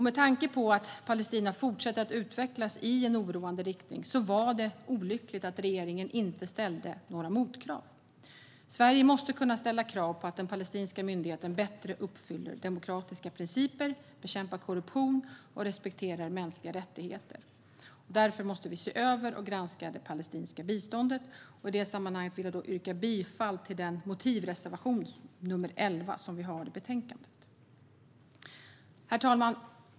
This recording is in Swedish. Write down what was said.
Med tanke på att Palestina fortsätter att utvecklas i en oroande riktning var det olyckligt att regeringen inte ställde några motkrav. Sverige måste kunna ställa krav på att den palestinska myndigheten bättre uppfyller demokratiska principer, bekämpar korruption och respekterar mänskliga rättigheter. Därför måste vi se över och granska det palestinska biståndet, och i det sammanhanget vill jag yrka bifall till den motivreservation, nr 11, som vi har i betänkandet. Herr talman!